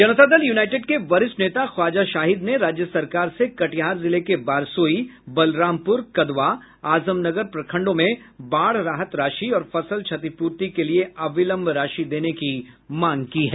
जनता Dal United के वरिष्ठ नेता ख्वाजा शाहिद ने राज्य सरकार से कटिहार जिले के बारसोई बलरामपुर कदवा आजमनगर प्रखंडों में बाढ़ राहत राशि और फसल क्षतिपूर्ति के लिए अविलंब राशि देने की मांग की है